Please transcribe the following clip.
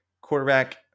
quarterback